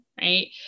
right